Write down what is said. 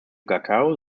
cacao